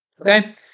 Okay